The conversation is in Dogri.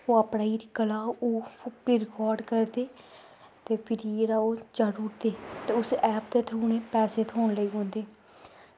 ओह् अपनी जेह्ड़ी कला ओह् फ्ही रकार्ड करदे ते फिरी जेह्ड़ा ओह् चाढ़ी ओड़दे ते उस ऐप दे थ्रू उ'नेंगी पैसे थ्होन लेई पौंदे